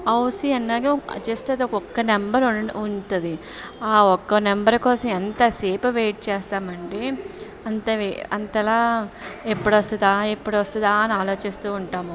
housie అన్నాక just అది ఒక ఒక నెంబర్ ఉంటుంది ఆ ఒక నెంబర్ కోసం ఎంతసేపు వెయిట్ చేస్తామంటే అంత వెయి అంతలా ఎప్పుడు వస్తుందా ఎప్పుడు వస్తుందా అని ఆలోచిస్తు ఉంటాము